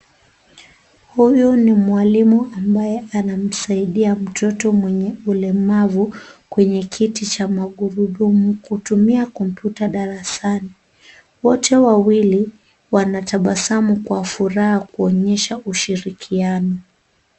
Huyu ni mwalimu ambaye anamsaidia mtoto mwenye ulemavu kwenye kiti cha magurudumu kutumia kopyuta darasani, wote wawili wanatabasamu kwa furaha kuonyesha ushirikiano.